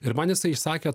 ir man jisai išsakė